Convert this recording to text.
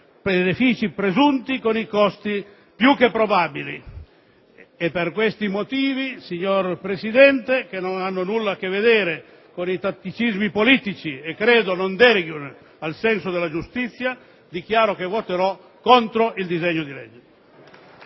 suoi benefici presunti con i costi più che probabili. Per questi motivi, signor Presidente, che non hanno nulla a che vedere con i tatticismi politici e credo non deroghino al senso della giustizia, dichiaro che voterò contro il disegno di legge.